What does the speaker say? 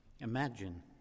imagine